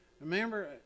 Remember